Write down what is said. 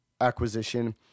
acquisition